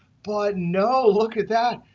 but no. look at that.